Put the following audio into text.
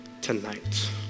tonight